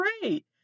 great